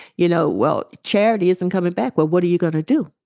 you know, well, charity isn't coming back. well, what are you going to do?